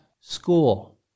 school